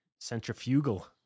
Centrifugal